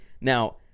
now